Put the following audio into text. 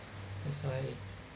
that's why